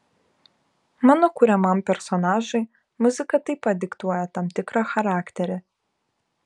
mano kuriamam personažui muzika taip pat diktuoja tam tikrą charakterį